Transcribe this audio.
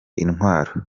intwaro